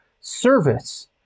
service